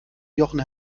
jochen